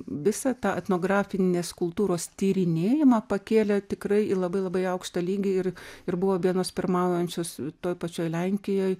visą tą etnografinės kultūros tyrinėjimą pakėlė tikrai į labai labai aukštą lygį ir ir buvo vienos pirmaujančios toj pačioj lenkijoj